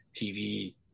TV